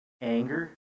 anger